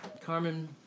Carmen